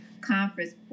conference